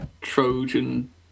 Trojan